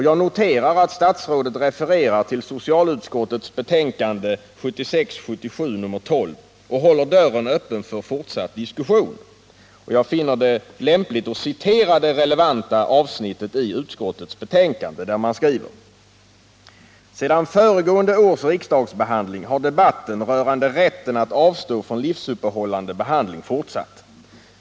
Jag noterar att statsrådet refererar till socialutskottets betänkande 1976/77:12 och håller dörren öppen för fortsatt diskussion. Jag finner det lämpligt att citera det relevanta avsnittet i utskottets betänkande: ”Sedan föregående års riksdagsbehandling har debatten rörande rätten att avstå från livsuppehållande behandling fortsatt.